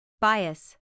Bias